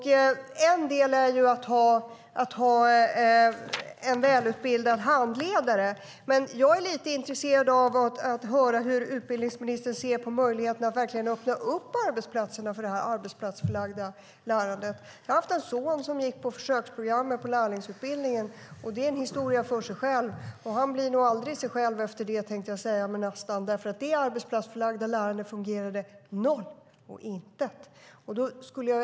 En del i detta är att ha en välutbildad handledare. Men hur ser utbildningsministern på möjligheten att öppna arbetsplatserna för det arbetsplatsförlagda lärandet? Min son gick försöksprogrammet på lärlingsutbildningen, och det var en historia för sig. Han blir nog aldrig sig själv igen, tänkte jag nästan säga, för hans arbetsplatsförlagda lärande fungerade inte alls.